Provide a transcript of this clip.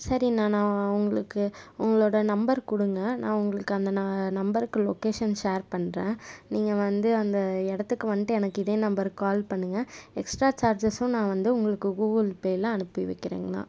சரிண்ணா நான் உங்களுக்கு உங்களோடய நம்பர் கொடுங்க நான் உங்களுக்கு அந்த நம்பருக்கு லோகேஷன் ஷேர் பண்ணுறேன் நீங்கள் வந்து அந்த இடத்துக்கு வந்துட்டு எனக்கு இதே நம்பருக்கு கால் பண்ணுங்கள் எக்ஸ்ட்ரா சார்ஜஸும் நான் வந்து உங்களுக்கு கூகுள் பேயில் அனுப்பி வைக்கிறேங்கண்ணா